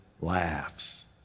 laughs